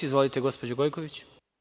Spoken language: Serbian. Izvolite gospođo Gojković.